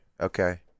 okay